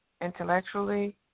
intellectually